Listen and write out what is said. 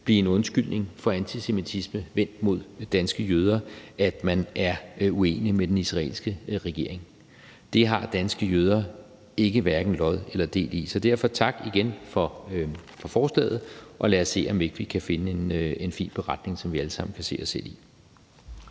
blive en undskyldning for antisemitisme vendt mod danske jøder, at man er uenig med den israelske regering. Det har danske jøder hverken lod eller del i. Så derfor igen tak for forslaget. Lad os se, om vi ikke kan finde frem til en fin beretning, som vi alle sammen kan se os i.